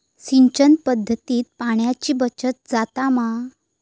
सिंचन पध्दतीत पाणयाची बचत जाता मा?